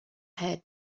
head